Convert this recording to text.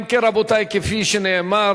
אם כן, רבותי, כפי שנאמר,